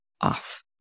off